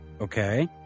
Okay